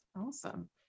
Awesome